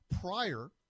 prior